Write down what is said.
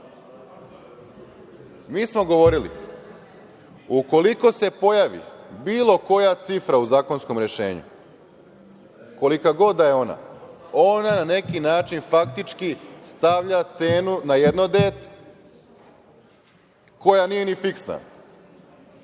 istinom. Govorili smo ukoliko se pojavi bilo koja cifra u zakonskom rešenju, kolika god da je ona, ona na neki način faktički stavlja cenu na jedno dete, koja nije ni fiskna.